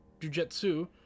jujutsu